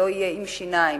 לא יהיה עם שיניים.